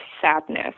sadness